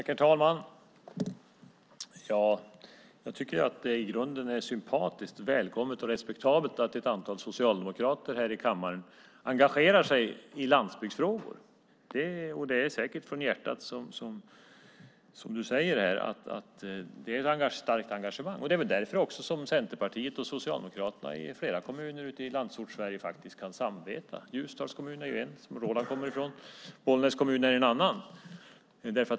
Herr talman! Jag tycker att det i grunden är sympatiskt, välkommet och respektabelt att ett antal socialdemokrater här i kammaren engagerar sig i landsbygdsfrågor. Det kommer säkert från hjärtat, som ni säger här, och det är ett starkt engagemang. Det är väl också därför Centerpartiet och Socialdemokraterna i flera kommuner ute i Landsortssverige kan samarbeta. Ljusdals kommun, som Roland kommer ifrån, är en. Bollnäs kommun är en annan.